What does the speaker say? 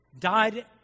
died